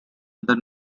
other